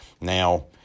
Now